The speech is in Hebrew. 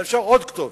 אבל אפשר עוד כתובת,